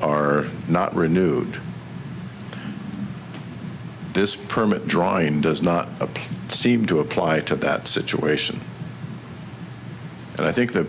are not renewed this permit drawing does not apply seem to apply to that situation and i think th